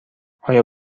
آیا